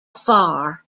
far